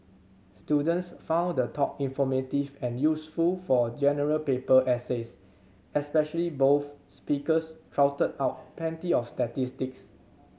students found the talk informative and useful for General Paper essays especially both speakers trotted out plenty of statistics